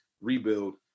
rebuild